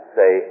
say